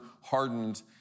hardened